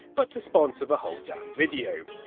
but to sponsor the whole damn video.